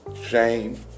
shame